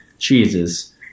Cheeses